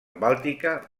bàltica